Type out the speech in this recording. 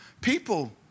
people